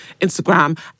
Instagram